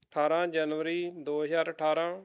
ਅਠਾਰ੍ਹਾਂ ਜਨਵਰੀ ਦੋ ਹਜ਼ਾਰ ਅਠਾਰ੍ਹਾਂ